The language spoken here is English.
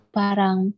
parang